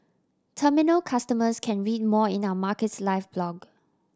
terminal customers can read more in our Markets Live blog